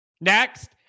Next